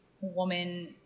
Woman